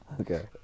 okay